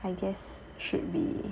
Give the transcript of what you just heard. I guess should be